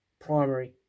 primary